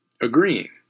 agreeing